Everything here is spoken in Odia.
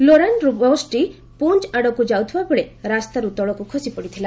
ଲୋରାନ୍ରୁ ବସ୍ଟି ପୁଞ୍ ଆଡ଼କୁ ଯାଉଥିବା ବେଳେ ରାସ୍ତାରୁ ତଳକୁ ଖସିପଡ଼ିଥିଲା